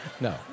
no